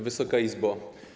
Wysoka Izbo!